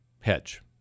hedge